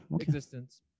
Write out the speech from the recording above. existence